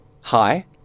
Hi